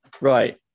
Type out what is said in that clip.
Right